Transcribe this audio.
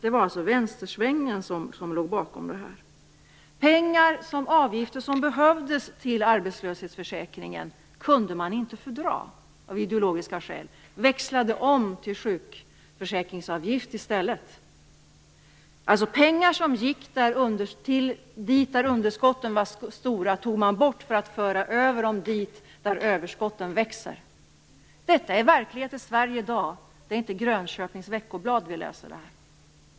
Det var alltså vänstersvängen som låg bakom det här. Pengar från avgifter som behövdes till arbetslöshetsförsäkringen kunde man inte fördra av ideologiska skäl och växlade därför om till sjukförsäkringsavgift i stället. Pengar som gick dit där underskotten var stora tog man bort för att föra över dem dit där överskotten växer. Detta är verklighet i Sverige i dag - det är inte i Grönköpings Veckoblad vi läser det här.